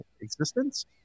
existence